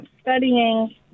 studying